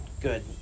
good